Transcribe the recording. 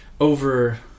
over